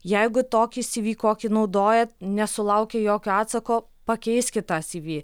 jeigu tokį cv kokį naudojat nesulaukė jokio atsako pakeiskit tą cv